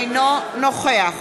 אינו נוכח